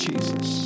Jesus